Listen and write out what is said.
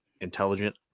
intelligent